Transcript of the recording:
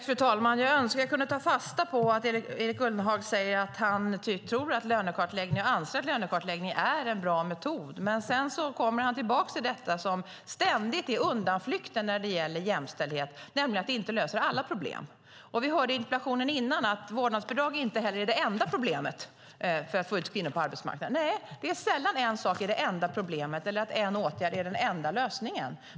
Fru talman! Jag önskar att jag kunde ta fasta på det Erik Ullenhag säger, att han anser att lönekartläggningar är en bra metod. Men sedan kommer han tillbaka till det som ständigt är undanflykter när det gäller jämställdhet, nämligen att det inte löser alla problem. Vi hörde i interpellationsdebatten innan att vårdnadsbidrag inte heller är det enda problemet för att få ut kvinnor på arbetsmarknaden. Nej, det är sällan en sak är det enda problemet eller att en åtgärd är den enda lösningen.